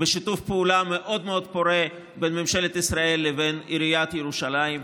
בשיתוף פעולה מאוד מאוד פורה בין ממשלת ישראל לבין עיריית ירושלים.